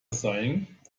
sighing